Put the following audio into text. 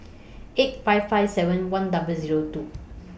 eight five five seven one double Zero two